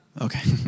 Okay